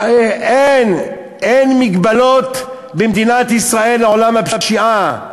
אין, אין מגבלות במדינת ישראל לעולם הפשיעה.